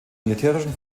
militärischen